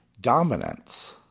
dominance